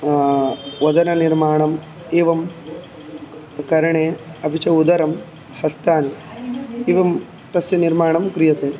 वदननिर्माणम् एवं करणे अपि च उदरं हस्तानि एवं तस्य निर्माणं क्रियते